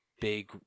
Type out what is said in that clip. big